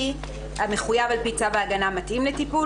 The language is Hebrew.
כי: (1)המחויב על פי צו ההגנה מתאים לטיפול,